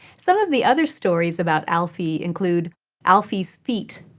some of the other stories about alfie include alfie's feet,